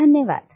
धन्यवाद